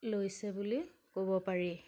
লৈছে বুলি ক'ব পাৰি